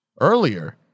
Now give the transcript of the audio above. earlier